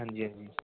ਹਾਂਜੀ ਹਾਂਜੀ